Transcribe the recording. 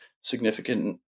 significant